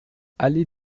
allée